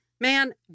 Man